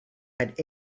had